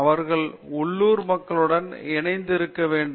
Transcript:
அவர்கள் உள்ளூர் மக்களுடன் இணைந்து இருக்க வேண்டும்